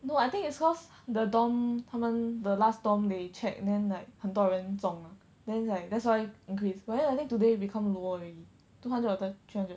no I think it's cause the dorm 他们 the last dorm they check then like 很多人总 mah then like that's why increase but then I think today become more already two hundred or thir~ three hundred